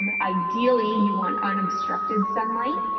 um ideally you want unobstructed sunlight.